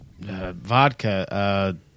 Vodka